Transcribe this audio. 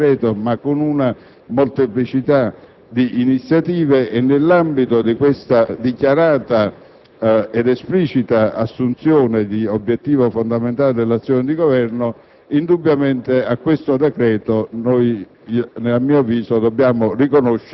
perseguito non solo attraverso questo decreto-legge, ma con una molteplicità di iniziative. Nell'ambito di tale dichiarata ed esplicita assunzione di un obiettivo fondamentale dell'azione di Governo, indubbiamente a questo decreto-legge